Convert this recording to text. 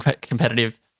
competitive